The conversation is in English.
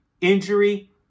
injury